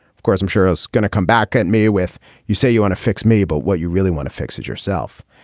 of course, i'm sure he's going to come back at me with you. say you want to fix me, but what? you really want to fix it yourself?